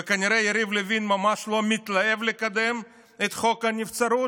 וכנראה יריב לוין ממש לא מתלהב לקדם את חוק הנבצרות,